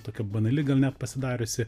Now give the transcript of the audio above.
tokia banali gal net pasidariusi